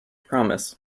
promise